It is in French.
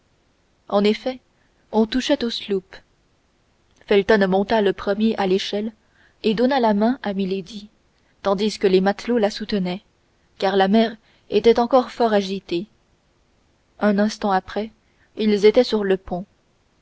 en effet on touchait au sloop felton monta le premier à l'échelle et donna la main à milady tandis que les matelots la soutenaient car la mer était encore fort agitée un instant après ils étaient sur le pont